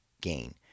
gain